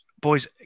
boys